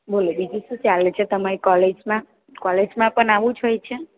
બોલો બીજું શું ચાલે છે તમારી કોલેજમાં કોલેજમાં પણ આવું જ હોય છે